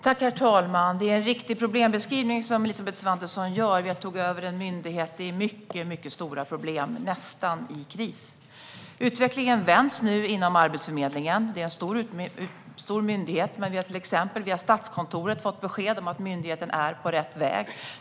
Herr talman! Det är en riktig problembeskrivning som Elisabeth Svantesson gör. Vi tog över en myndighet med mycket stora problem, nästan i kris. Utvecklingen vänds nu inom Arbetsförmedlingen. Det är en stor myndighet, men vi har till exempel via Statskontoret fått besked om att den är på rätt väg.